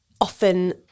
often